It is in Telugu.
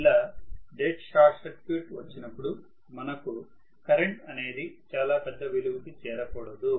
ఇలా డెడ్ షార్ట్ సర్క్యూట్ వచ్చినపుడుమనకు కరెంట్ అనేది చాలా పెద్దవిలువకి చేరకూడదు